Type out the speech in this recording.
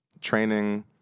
training